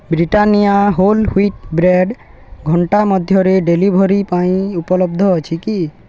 Britannia whole wheat bread ଘଣ୍ଟା ମଧ୍ୟରେ delivery ପାଇଁ ଉପଲବ୍ଧ ଅଛି କି